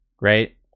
right